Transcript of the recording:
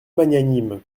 magnanime